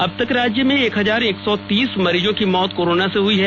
अब तक राज्य में एक हजार एक सौ तीस मरीज की मौत कोरोना से हुई हैं